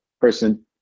person